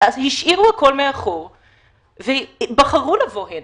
הם השאירו הכול מאחור ובחרו לבוא הנה,